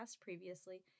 previously